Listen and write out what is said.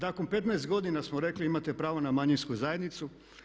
Nakon 15 godina smo rekli imate pravo na manjinsku zajednicu.